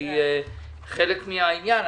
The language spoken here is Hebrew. אני חלק מהעניין,